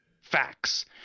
facts